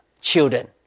children